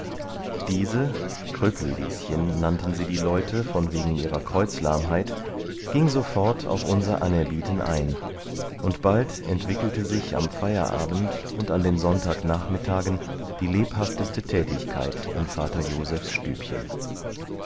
diese kröpel lieschen nannten sie die leute von wegen ihrer kreuzlahmheit ging sofort auf unser anerbieten ein und bald entwickelte sich am feierabend und an den sonntagnachmittagen die lebhafteste tätigkeit in vater josephs stübchen